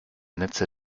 netze